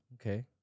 Okay